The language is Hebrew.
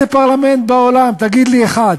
באיזה פרלמנט בעולם, תגיד לי אחד,